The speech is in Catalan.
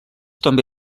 també